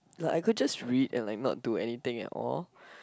like I could just read and like not do anything at all